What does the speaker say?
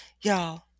Y'all